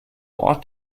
ort